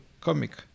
comic